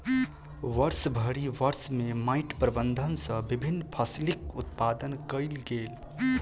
वर्षभरि वर्ष में माइट प्रबंधन सॅ विभिन्न फसिलक उत्पादन कयल गेल